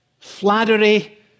flattery